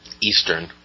Eastern